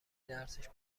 درسش